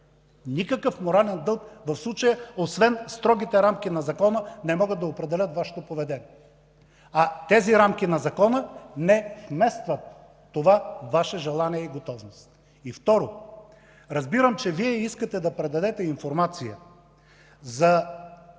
Никакъв морален дълг в случая, освен строгите рамки на закона, не могат да определят Вашето поведение. А тези рамки на закона не вместват това Ваше желание и готовност. Второ, разбирам, че искате да предадете информация за